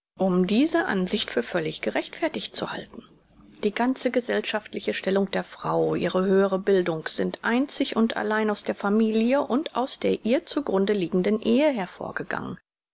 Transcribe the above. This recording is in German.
um diese ansicht für völlig gerechtfertigt zu halten die ganze gesellschaftliche stellung der frau ihre höhere bildung sind einzig und allein aus der familie und aus der ihr zu grunde liegenden ehe hervorgegangen